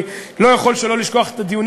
אני לא יכול שלא לשכוח את הדיונים